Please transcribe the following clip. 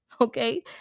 Okay